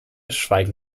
schweigen